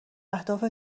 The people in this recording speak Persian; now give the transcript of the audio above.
اهداف